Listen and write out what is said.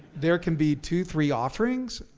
there can be two, three offerings.